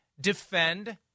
defend